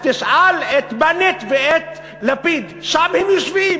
תשאל את בנט ואת לפיד, שם הם יושבים.